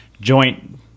joint